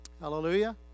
hallelujah